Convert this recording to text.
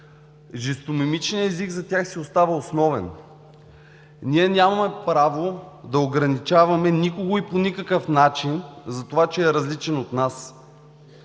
Жестомимичният език за тях си остава основен. Ние нямаме право да ограничаваме никого и по никакъв начин затова, че е различен от нас.